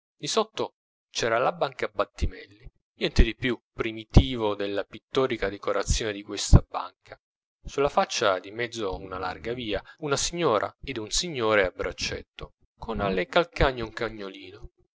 banconcello disotto c'era la banca battimelli niente di più primitivo della pittorica decorazione di questa banca sulla faccia di mezzo una larga via una signora ed un signore a braccetto con alle calcagne un cagnolino